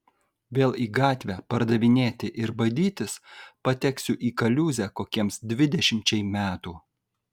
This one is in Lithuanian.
vėl į gatvę pardavinėti ir badytis pateksiu į kaliūzę kokiems dvidešimčiai metų